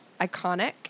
iconic